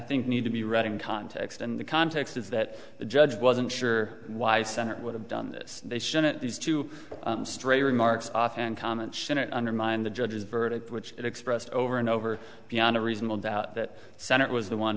think need to be read in context and the context is that the judge wasn't sure why senate would have done this they shouldn't these two straight remarks often comments undermine the judge's verdict which expressed over and over beyond a reasonable doubt that senator was the one